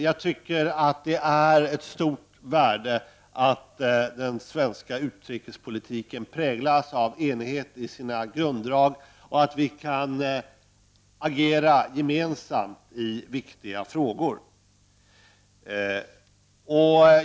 Jag tycker att det är ett stort värde att den svenska utrikespolitiken präglas av enighet i sina grunddrag och att vi kan agera gemensamt i viktiga frågor.